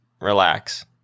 relax